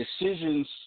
decisions